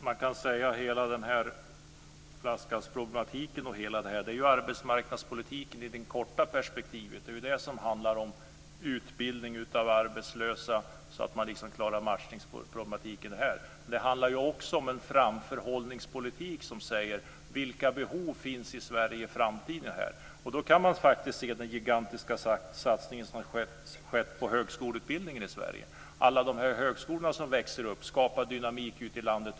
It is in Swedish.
Herr talman! Man kan säga att flaskhalsproblemen är arbetsmarknadspolitiken i det korta perspektivet. Det handlar om utbildning av arbetslösa så att man klarar matchningsproblemen. Men det handlar också om en framförhållningspolitik där det gäller att se vilka behov som finns i Sverige i framtiden. Där kan man faktiskt se den gigantiska satsning som har skett på högskoleutbildningen i Sverige. Alla de här högskolorna som växer upp skapar dynamik överallt ute i landet.